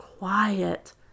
quiet